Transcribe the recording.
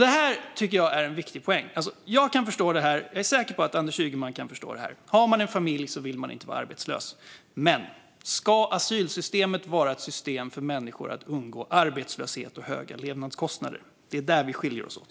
Det här tycker jag är en viktig poäng. Jag kan förstå det här, och jag är säker på att Anders Ygeman kan förstå det här: Har man en familj vill man inte vara arbetslös. Men ska asylsystemet vara ett system för människor att undgå arbetslöshet och höga levnadskostnader? Det är där vi skiljer oss åt.